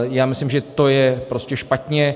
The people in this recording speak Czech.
Já myslím, že to je prostě špatně.